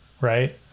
right